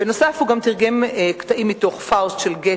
בנוסף הוא גם תרגם קטעים מתוך "פאוסט" של גתה,